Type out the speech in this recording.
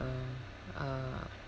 uh uh